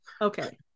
okay